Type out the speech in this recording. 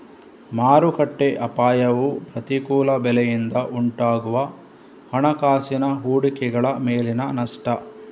ಮಾರುಕಟ್ಟೆ ಅಪಾಯವು ಪ್ರತಿಕೂಲ ಬೆಲೆಯಿಂದ ಉಂಟಾಗುವ ಹಣಕಾಸಿನ ಹೂಡಿಕೆಗಳ ಮೇಲಿನ ನಷ್ಟ